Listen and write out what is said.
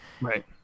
right